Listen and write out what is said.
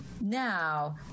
Now